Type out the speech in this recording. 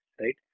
right